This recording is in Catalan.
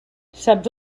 saps